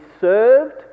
served